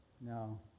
No